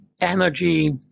energy